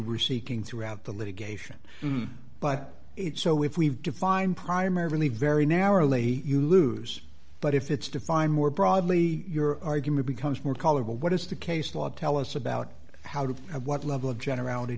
were seeking throughout the litigation but it so if we define primary really very narrowly you lose but if it's defined more broadly your argument becomes more color what is the case law tell us about how to have what level of generality